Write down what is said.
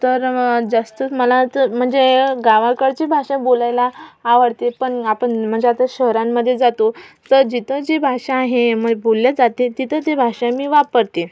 तर मग जास्तच मला तर म्हणजे गावाकडची भाषा बोलायला आवडते पण आपण म्हणजे आता शहरांमध्ये जातो तर जिथं जी भाषा आहे मग बोलल्या जाते तिथं ती भाषा मी वापरते